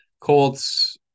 Colts